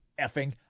effing